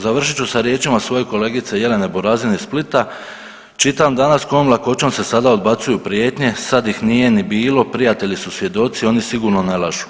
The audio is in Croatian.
Završit ću sa riječima svoje kolegice Jelene Burazin iz Splita, „Čitam danas kojom lakoćom se sada odbacuju prijetnje, sad ih nije ni bilo, prijatelji su svjedoci oni sigurno ne lažu.